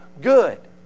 good